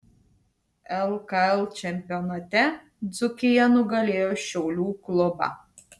lkl čempionate dzūkija nugalėjo šiaulių klubą